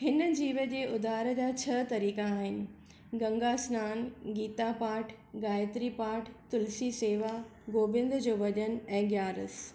हिन जीव जे उधार जा छह तरीका आहिनि गंगा सनानु गीता पाठ गायत्री पाठ तुलसी सेवा गोबिंद जो भजन ऐं ॻ्यारस